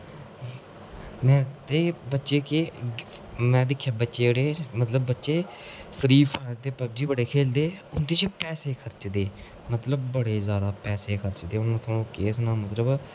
में दिक्खेआ बच्चे जेह्डे़ मतलब बच्चे फ्री फायर ते पबजी बडी खेढदे उं'दे च पैसे खर्चदे मतलब बडे़ जैदा पैसे खर्चदे हून के्ह सनाया मतलब